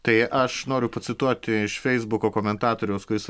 tai aš noriu pacituoti iš feisbuko komentatoriaus kuris